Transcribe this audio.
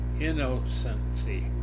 innocency